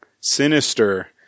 Sinister